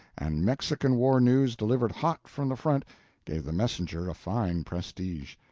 and mexican-war news delivered hot from the front gave the messenger a fine prestige.